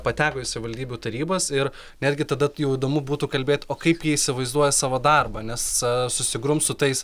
pateko į savivaldybių tarybas ir netgi tada jau įdomu būtų kalbėt o kaip jie įsivaizduoja savo darbą nes susigrums su tais